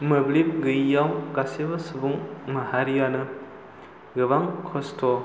मोब्लिब गैयियाव गासैबो सुबुं माहारियानो गोबां खस्त'